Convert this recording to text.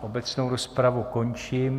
Obecnou rozpravu končím.